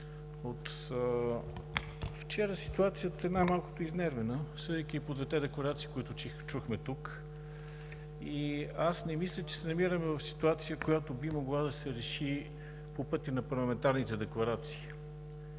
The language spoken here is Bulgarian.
вчера ситуацията е най-малкото изнервена, съдейки по двете декларации, които чухме тук. Аз не мисля, че се намираме в ситуация, която би могла да се реши по пътя на парламентарните декларации.